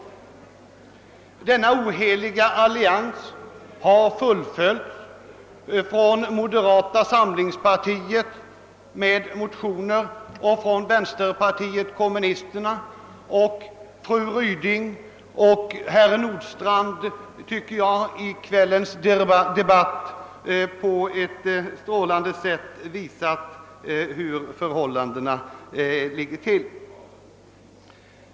Denna oheliga allians har fullföljts med motioner från moderata samlingspartiet och vänsterpartiet kommunisterna. Jag tycker att fru Ryding och herr Nordstrandh i kvällens debatt på ett strålande sätt har visat hur förhållandena ligger till.